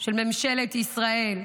של ממשלת ישראל,